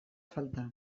falta